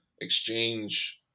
exchange –